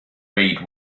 read